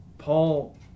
Paul